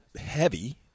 heavy